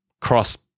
cross